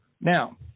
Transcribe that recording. Now